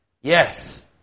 Yes